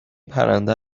پرنده